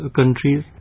countries